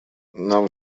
нам